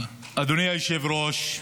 אדוני היושב-ראש,